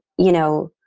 you know,